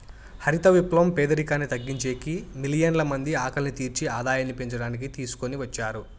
హరిత విప్లవం పేదరికాన్ని తగ్గించేకి, మిలియన్ల మంది ఆకలిని తీర్చి ఆదాయాన్ని పెంచడానికి తీసుకొని వచ్చారు